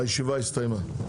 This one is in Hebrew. הישיבה הסתיימה.